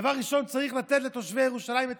דבר ראשון צריך לתת לתושבי ירושלים את